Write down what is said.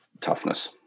toughness